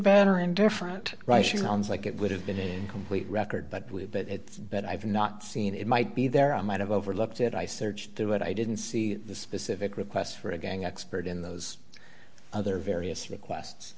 bad or indifferent russians like it would have been a complete record but we have but it's but i've not seen it might be there i might have overlooked it i searched through it i didn't see the specific request for a gang expert in those other various request